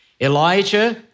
Elijah